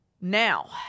Now